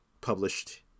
published